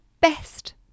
best